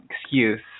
excuse